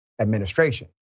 administration